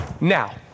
Now